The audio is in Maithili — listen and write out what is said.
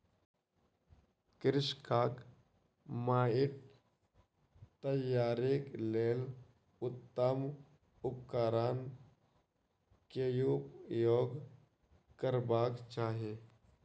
कृषकक माइट तैयारीक लेल उत्तम उपकरण केउपयोग करबाक चाही